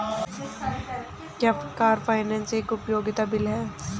क्या car finance एक उपयोगिता बिल है?